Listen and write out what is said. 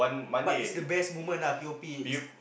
but is the best moment ah P_O_P it's